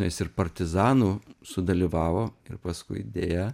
nes ir partizanų sudalyvavo ir paskui deja